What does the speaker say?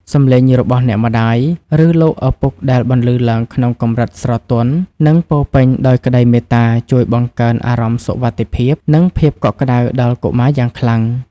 សំឡេងរបស់អ្នកម្ដាយ ឬលោកឪពុកដែលបន្លឺឡើងក្នុងកម្រិតស្រទន់ និងពោរពេញដោយក្តីមេត្តា ជួយបង្កើនអារម្មណ៍សុវត្ថិភាព និងភាពកក់ក្តៅដល់កុមារយ៉ាងខ្លាំង។